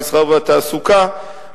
המסחר והתעסוקה,